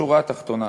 בשורה התחתונה